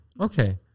okay